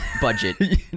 budget